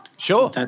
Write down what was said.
Sure